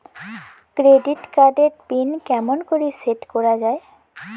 Credit card এর pin কেমন করি সেট করা য়ায়?